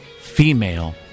female